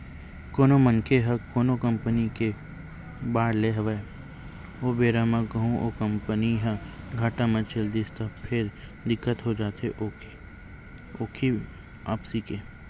कोनो मनखे ह कोनो कंपनी के बांड लेय हवय ओ बेरा म कहूँ ओ कंपनी ह घाटा म चल दिस त फेर दिक्कत हो जाथे ओखी वापसी के